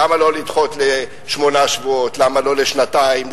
למה לא לדחות לשמונה שבועות, למה לא לשנתיים?